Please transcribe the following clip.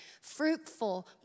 fruitful